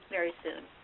very soon.